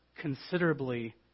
considerably